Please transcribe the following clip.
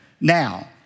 Now